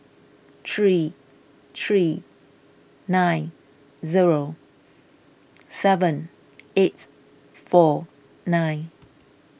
three three nine zero seven eight four nine